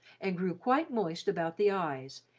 and grew quite moist about the eyes,